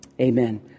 amen